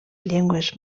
llengües